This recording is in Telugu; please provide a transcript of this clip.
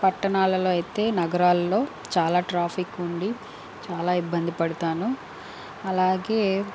పట్టణాలలో అయితే నగరాల్లో చాలా ట్రాఫిక్ ఉండి చాలా ఇబ్బంది పడుతాను అలాగే